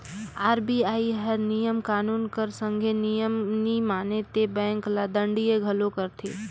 RBI हर नियम कानून कर संघे नियम नी माने ते बेंक ल दंडित घलो करथे